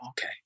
okay